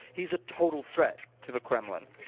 he is a total threat to the kremlin,